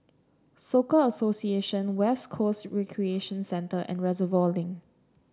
Soka Association West Coast Recreation Centre and Reservoir Link